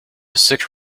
sick